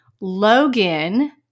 Logan